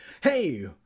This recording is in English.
Hey